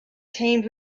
teamed